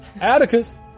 Atticus